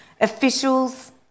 Officials